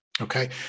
Okay